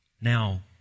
Now